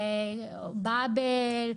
באבל,